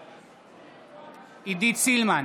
בעד עידית סילמן,